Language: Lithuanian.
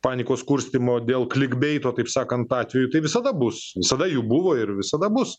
panikos kurstymo dėl klikbeito taip sakant atvejų tai visada bus visada jų buvo ir visada bus